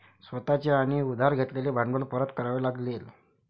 स्वतः चे आणि उधार घेतलेले भांडवल परत करावे लागेल